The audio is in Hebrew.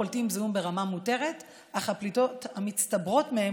הפולטים זיהום ברמה מותרת אך הפליטות המצטברות מהם